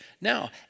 Now